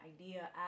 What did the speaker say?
idea